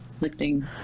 lifting